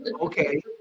okay